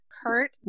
hurt